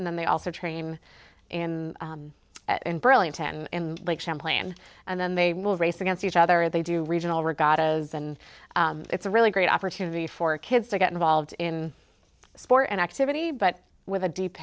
and then they also train in burlington and lake champlain and then they will race against each other they do regional regattas and it's a really great opportunity for kids to get involved in sport and activity but with a deep